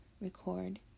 record